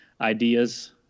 ideas